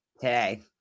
Today